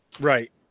right